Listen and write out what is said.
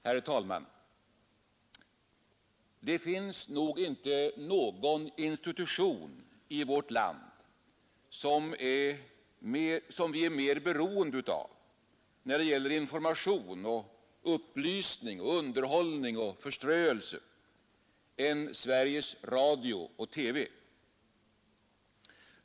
Herr talman! Det finns nog inte någon institution i vårt land som vi är mer beroende av när det gäller information och upplysning, underhållning och förströelse än Sveriges Radio och TV.